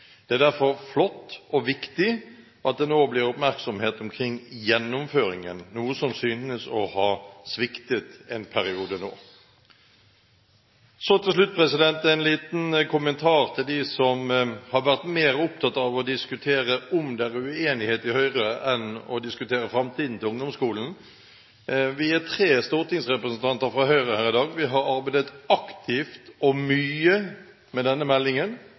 Det er derfor flott og viktig at det nå blir oppmerksomhet omkring gjennomføringen, noe som synes å ha sviktet en periode nå. Til slutt en liten kommentar til dem som har vært mer opptatt av å diskutere om det er uenighet i Høyre, enn av å diskutere framtiden til ungdomsskolen. Vi er tre stortingsrepresentanter fra Høyre her i dag. Vi har arbeidet aktivt og mye med denne meldingen